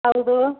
ಹೌದು